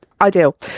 ideal